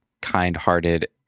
kind-hearted